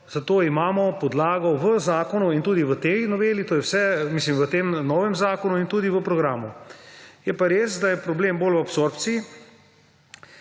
za to imamo podlago v zakonu in tudi v tej noveli, to je v tem novem zakonu in tudi v programu. Je pa res, da je problem bolj v absorpciji.